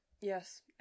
yes